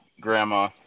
grandma